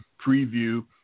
preview